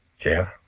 Jeff